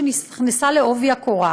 שנכנסה בעובי הקורה.